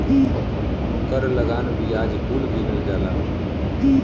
कर लगान बियाज कुल गिनल जाला